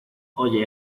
oye